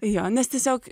jo nes tiesiog